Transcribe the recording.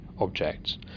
objects